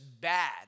bad